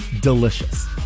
delicious